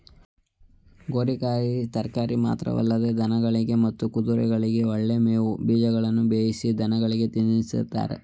ಗೋರಿಕಾಯಿ ತರಕಾರಿ ಮಾತ್ರವಲ್ಲದೆ ದನಗಳಿಗೆ ಮತ್ತು ಕುದುರೆಗಳಿಗೆ ಒಳ್ಳೆ ಮೇವು ಬೀಜಗಳನ್ನು ಬೇಯಿಸಿ ದನಗಳಿಗೆ ತಿನ್ನಿಸ್ತಾರೆ